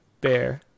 Bear